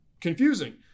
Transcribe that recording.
confusing